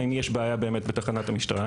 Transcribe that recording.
האם יש בעיה באמת בתחנת המשטרה.